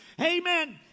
Amen